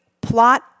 plot